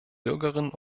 bürgerinnen